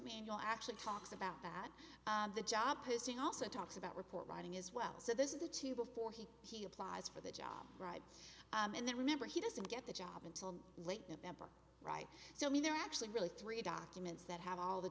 will actually talks about that the job posting also talks about report writing as well so this is the two before he he applies for the job right and then remember he doesn't get the job until late november right so i mean they're actually really three documents that have all the